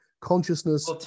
Consciousness